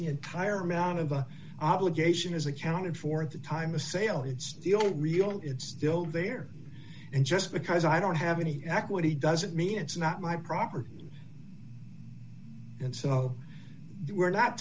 entire amount of the obligation is accounted for at the time of sale it's still real it's still there and just because i don't have any equity doesn't mean it's not my property and so we're not